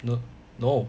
no no